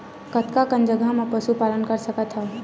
कतका कन जगह म पशु पालन कर सकत हव?